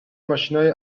ماشینای